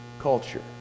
culture